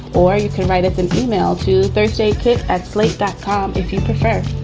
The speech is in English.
or you can write it's an email to thursday at slate dot com if you prefer